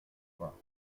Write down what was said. pas